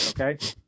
Okay